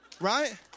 Right